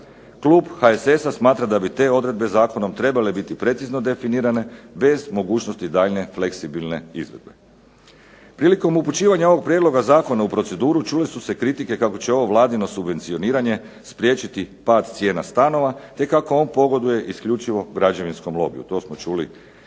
Klub HSS-a smatra da bi te odredbe zakonom trebale biti precizno definirane bez mogućnosti daljnje fleksibilne izvedbe. Prilikom upućivanja ovog prijedloga zakona u proceduru čule su se kritike kako će ovo Vladino subvencioniranje spriječiti pad cijena stanova te kako on pogoduje isključivo građevinskom lobiju, to smo čuli i danas.